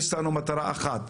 יש לנו מטרה אחת,